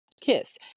kiss